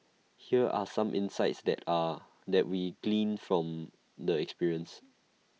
here are some insights that are that we gleaned from the experience